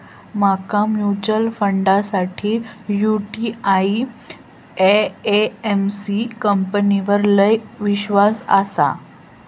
माका म्यूचुअल फंडासाठी UTI AMC कंपनीवर लय ईश्वास आसा